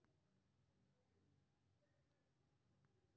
एहि योजनाक सालाना प्रीमियम तीन सय तीस रुपैया छै